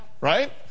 Right